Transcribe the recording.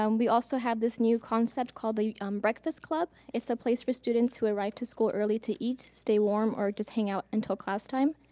um we also have this new concept called the um breakfast club. it's a place for students who arrive to school early to eat, stay warm or just hang out until class time.